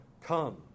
Come